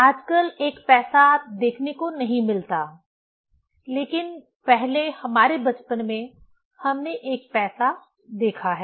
आजकल एक पैसा देखने को नहीं मिलता लेकिन पहले हमारे बचपन में हमने 1 पैसा देखा है